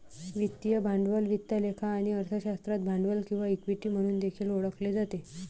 वित्तीय भांडवल वित्त लेखा आणि अर्थशास्त्रात भांडवल किंवा इक्विटी म्हणून देखील ओळखले जाते